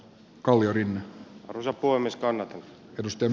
kalliorinne on huomiskannat katosten